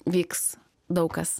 vyks daug kas